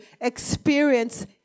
experience